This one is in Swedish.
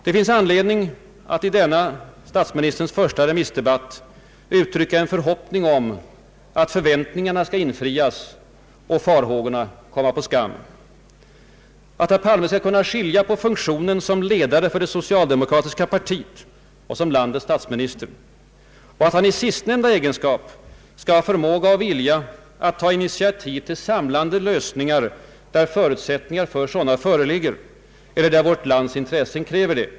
Det finns anledning att i denna hans första remissdebatt som statsminister uttrycka en förhoppning om att förväntningarna skall infrias och farhågorna komma på skam, att herr Palme skall kunna skilja på funktionen som ledare för det socialdemokratiska partiet och funktionen som landets statsminister, och att han i sistnämnda egenskap skall ha förmåga och vilja att ta initiativ till samlande lösningar, där förutsättningar för sådana föreligger eller där vårt lands intressen så kräver.